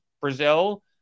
Brazil